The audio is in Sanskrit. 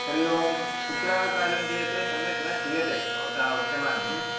हरिः ओम् कुत्र कार्यं क्रियते सम्यक् न श्रूयते भवता उच्यमानम्